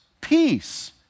Peace